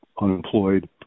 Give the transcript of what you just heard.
unemployed